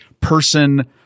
person-